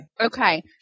Okay